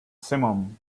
simum